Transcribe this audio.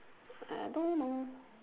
I don't know